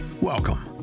Welcome